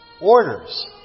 orders